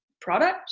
product